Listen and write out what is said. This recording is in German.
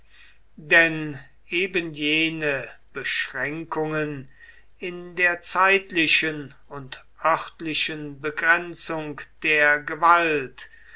denn ebenjene beschränkungen in der zeitlichen und örtlichen begrenzung der gewalt